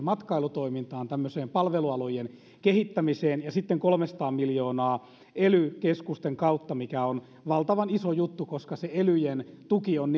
matkailutoimintaan tämmöiseen palvelualojen kehittämiseen ja sitten kolmesataa miljoonaa ely keskusten kautta mikä on valtavan iso juttu koska se elyjen tuki on